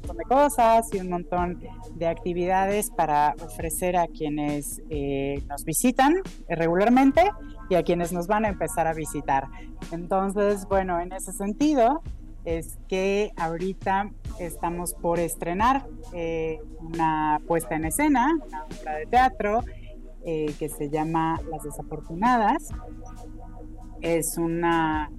de cosas y un montón de actividades para ofrecer a quienes, eh, nos visitan, eh, regularmente y a quienes nos van a empezar a visitar. Entonces, bueno, en ese sentido, es que ahorita estamos por estrenar, eh, una puesta en escena, una obra de teatro, eh, que se llama Las Desafortunadas. Es una-